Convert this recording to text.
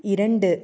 இரண்டு